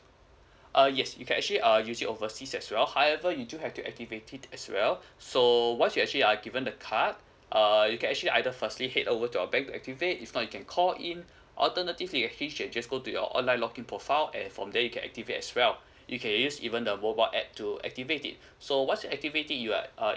uh yes you can actually uh use it overseas as well however you do have to activate it as well so once you actually are given the card uh you can actually either firstly head over to our bank to activate if not you can call in alternatively actually you can just go to your online log in profile and from there you can activate as well you can use even the mobile app to activate it so once you activate it you are uh